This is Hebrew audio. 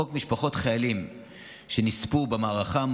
חוק משפחות חיילים שנספו במערכה,